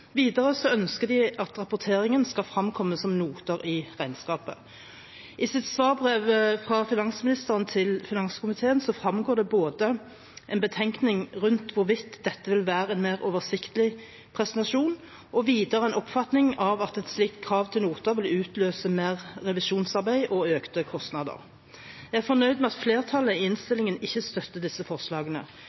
ønsker de at rapporteringen skal fremkomme som noter i regnskapet. I sitt svarbrev fra finansministeren til finanskomiteen fremgår det både en betenkning rundt hvorvidt dette vil være en mer oversiktlig presentasjon og videre en oppfatning av at et slikt krav til noter vil utløse mer revisjonsarbeid og økte kostnader. Jeg er fornøyd med at flertallet i innstillingen ikke støtter disse forslagene.